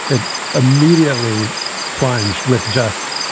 it immediately plunged with just,